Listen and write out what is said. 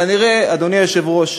כנראה, אדוני היושב-ראש,